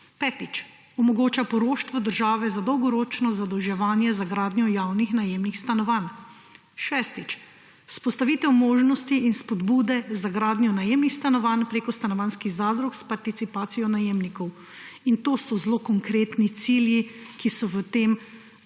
Petič, omogoča poroštvo države za dolgoročno zadolževanje za gradnjo javnih najemnih stanovanj. Šestič, vzpostavitev možnosti in spodbude za gradnjo najemnih stanovanj preko stanovanjskih zadrug s participacijo najemnikov. To so zelo konkretni cilji, ki so v tem